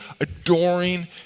adoring